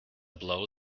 blow